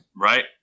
Right